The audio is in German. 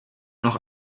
noch